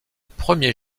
premier